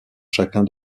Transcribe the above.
chacun